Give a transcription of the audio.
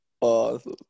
Awesome